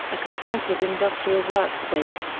a converted industrial workspace,